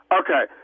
okay